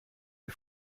les